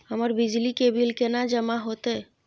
हमर बिजली के बिल केना जमा होते?